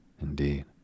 indeed